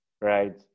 right